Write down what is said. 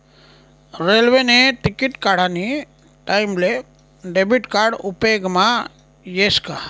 रेल्वेने तिकिट काढानी टाईमले डेबिट कार्ड उपेगमा यस का